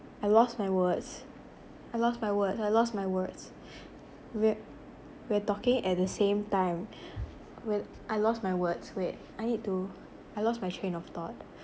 I lost my words I lost my word I lost my words we~ we're talking at the same time wait I lost my words wait I need to I lost my train of thought